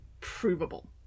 provable